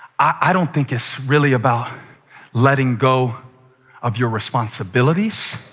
i don't think it's really about letting go of your responsibilities.